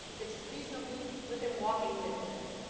it's reasonably within walking distance.